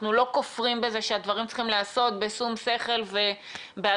אנחנו לא כופרים בזה שהדברים צריכים להיעשות בשום שכל ובהדרגתיות.